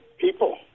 people